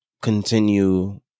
continue